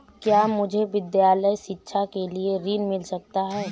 क्या मुझे विद्यालय शिक्षा के लिए ऋण मिल सकता है?